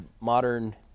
modern